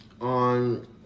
on